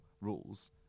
rules